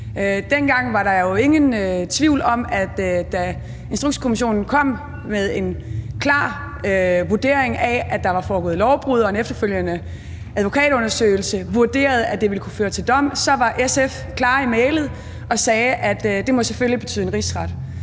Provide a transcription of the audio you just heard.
Dengang var der jo ingen tvivl om det, altså da Instrukskommissionen kom med en klar vurdering af, at der var foregået lovbrud, og da en efterfølgende advokatundersøgelse vurderede, at det ville kunne føre til dom, så var SF klare i mælet og sagde, at det selvfølgelig må betyde en rigsret.